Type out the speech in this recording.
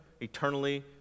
eternally